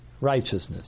righteousness